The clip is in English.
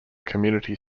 community